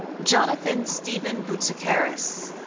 jonathan stephen bousticaris.